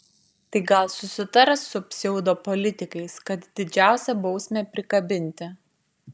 tai gal susitars su pseudopolitikais kad didžiausią bausmę prikabinti